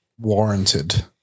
Warranted